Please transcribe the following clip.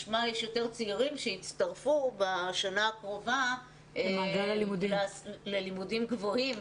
משמע שיש יותר צעירים שיצטרפו בשנה הקרובה ללימודים הגבוהים.